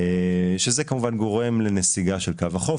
מה שגורם לנסיגה של קו החוף,